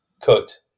cooked